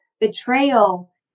betrayal